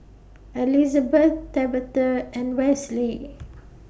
Elizabet Tabatha and Wesley